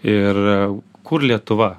ir kur lietuva